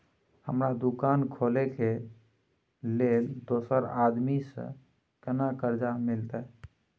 हमरा दुकान खोले के लेल दूसरा आदमी से केना कर्जा मिलते?